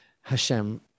Hashem